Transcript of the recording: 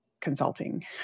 consulting